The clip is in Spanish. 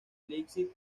leipzig